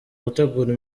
gutegura